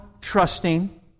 trusting